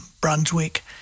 Brunswick